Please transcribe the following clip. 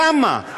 כמה?